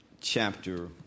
chapter